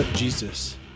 Jesus